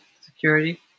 security